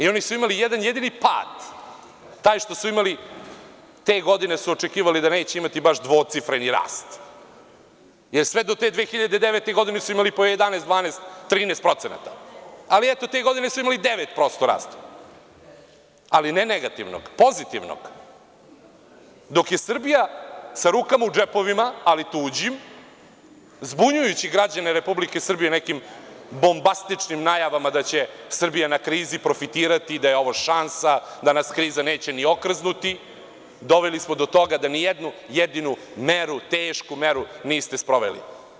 Oni su imali jedan jedini pad taj što su imali, te godine su očekivali da neće imati baš dvocifreni rast, jer sve do te 2009. godine su imali po 11, 12, 13%, ali eto, te godine su imali 9% rast, ali ne negativnog, pozitivnog, dok je Srbija sa rukama u džepovima, ali tuđim, zbunjujući građane Republike Srbije nekim bombastičnim najavama da će Srbija na krizi profitirati i da je ovo šansa, da nas kriza neće ni okrznuti, doveli smo do toga da nijednu jedinu meru, tešku meru niste sproveli.